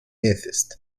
atheist